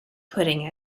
putting